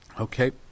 Okay